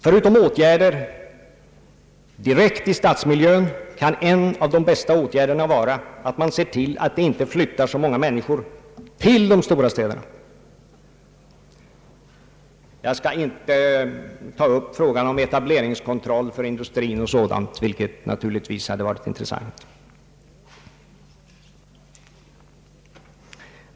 Förutom åtgärder direkt i stadsmiljön kan en av de bästa åtgärderna vara att se till att inte så många människor flyttar till de stora städerna — jag skall inte ta upp frågan om etableringskontrollen för industrin, vilket naturligtvis hade varit intressant.